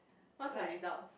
what's her results